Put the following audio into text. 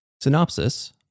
Synopsis